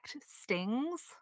stings